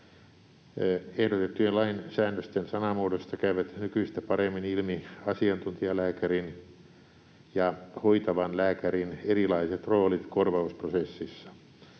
Ehdotettujen lainsäännösten sanamuodoista käyvät nykyistä paremmin ilmi asiantuntijalääkärin ja hoitavan lääkärin erilaiset roolit korvausprosessissa.